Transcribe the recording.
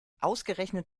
ausgerechnet